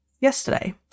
yesterday